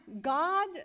God